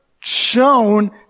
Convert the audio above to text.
shown